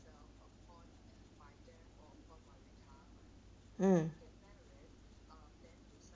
mm